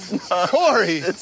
Corey